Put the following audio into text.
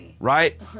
Right